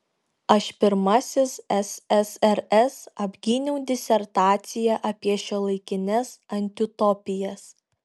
aš pirmasis ssrs apgyniau disertaciją apie šiuolaikines antiutopijas